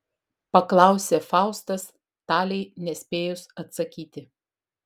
paklausė faustas talei nespėjus atsakyti